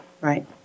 Right